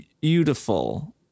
beautiful